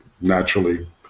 naturally